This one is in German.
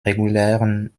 regulären